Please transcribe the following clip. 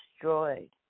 destroyed